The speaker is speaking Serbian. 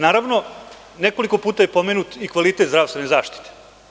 Nekoliko puta je pomenut i kvalitet zdravstvene zaštite.